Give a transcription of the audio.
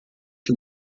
que